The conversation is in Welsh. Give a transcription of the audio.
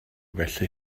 felly